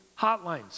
hotlines